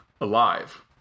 alive